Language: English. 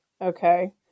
Okay